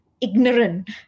ignorant